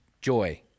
joy